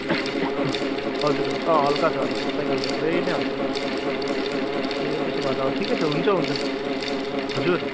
हजुर हजुर अँ हलुका छ हलुका छ साइकल त पुरै नै हलुका छ ए त्यसो भए त अँ ठिकै छ हुन्छ हुन्छ हजुर